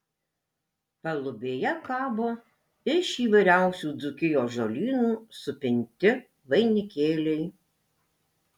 palubėje kabo iš įvairiausių dzūkijos žolynų supinti vainikėliai